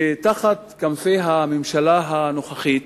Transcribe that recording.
שתחת כנפי הממשלה הנוכחית,